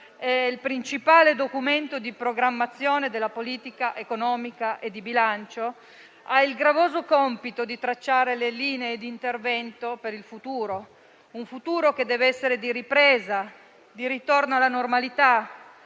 il principale documento di programmazione della politica economica e di bilancio. Esso ha il gravoso compito di tracciare le linee di intervento per il futuro; un futuro che deve essere di ripresa, di ritorno alla normalità,